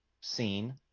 seen